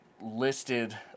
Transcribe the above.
listed